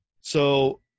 So-